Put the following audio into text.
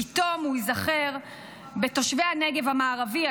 פתאום הוא ייזכר בתושבי הנגב המערבי,